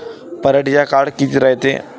पराटीचा काळ किती रायते?